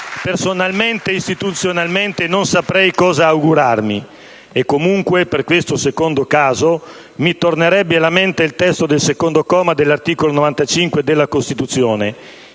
Personalmente e istituzionalmente, non saprei cosa augurarmi. E comunque, per questo secondo caso, mi tornerebbe alla mente il testo del secondo comma dell'articolo 95 della Costituzione: